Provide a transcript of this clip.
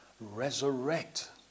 resurrect